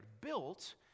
built